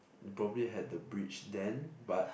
they probably had the bridge then but